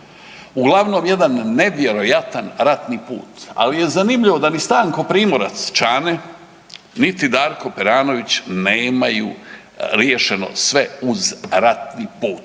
uglavnom jedan nevjerojatan ratni put, ali je zanimljivo da ni Stanko Primorac Čane, niti Darko Peranović nemaju riješeno sve uz ratni put.